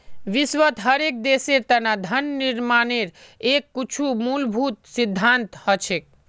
विश्वत हर एक देशेर तना धन निर्माणेर के कुछु मूलभूत सिद्धान्त हछेक